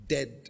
Dead